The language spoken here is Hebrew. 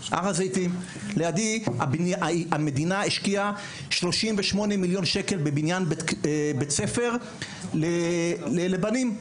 לידי הוקדם בניין בית ספר לבנים.